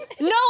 No